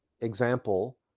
example